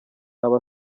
aba